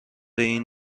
این